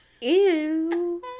Ew